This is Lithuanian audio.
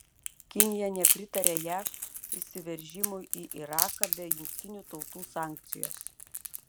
kinija nepritarė jav įsiveržimui į iraką be jungtinių tautų sankcijos